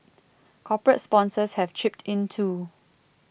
corporate sponsors have chipped in too